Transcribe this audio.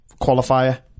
qualifier